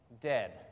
dead